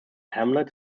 hamlet